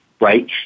right